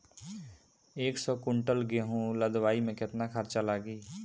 एक सौ कुंटल गेहूं लदवाई में केतना खर्चा लागी?